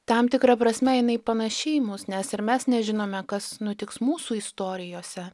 tam tikra prasme jinai panaši į mus nes ir mes nežinome kas nutiks mūsų istorijose